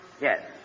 Yes